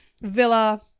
Villa